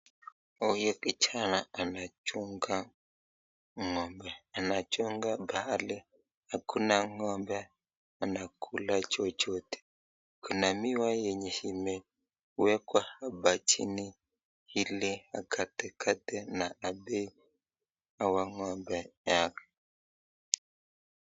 Huyu kijana anachunga ng'ombe, anachunga bali hakuna ng'ombe anakula chochote. Kuna miwa imewekwa hapa chini ili akatekate na apee hawa ng'ombe wake.